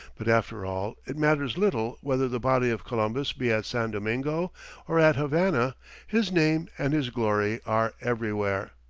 but after all, it matters little whether the body of columbus be at san domingo or at havana his name and his glory are everywhere.